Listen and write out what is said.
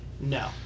no